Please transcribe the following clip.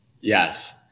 yes